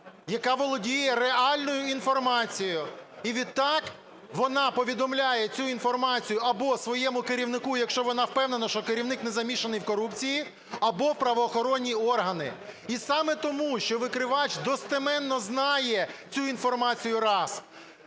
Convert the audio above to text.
яка володіє реальною інформацією, і відтак вона повідомляє цю інформацію або своєму керівнику, якщо вона впевнена, що керівник не замішаний в корупції, або у правоохоронні органи. І саме тому, що викривач достеменно знає цю інформацію - раз,